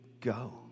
go